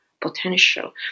potential